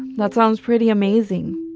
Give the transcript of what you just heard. that sounds pretty amazing.